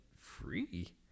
free